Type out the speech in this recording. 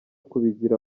kubigira